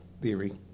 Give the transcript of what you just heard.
theory